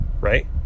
right